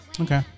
Okay